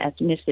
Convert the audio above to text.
ethnicity